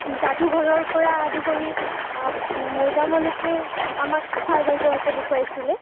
যাদুঘৰৰপৰা আদি কৰি মৈডামলৈকে আমাক ছাৰ বাইদেউহঁতে দেখুৱাইছিলে